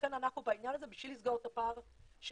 לכן אנחנו בעניין הזה בשביל לסגור את הפער של